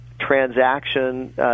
transaction